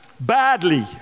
Badly